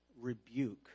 rebuke